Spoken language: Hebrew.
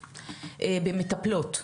במטפלות,